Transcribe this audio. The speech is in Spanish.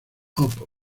pop